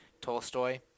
Tolstoy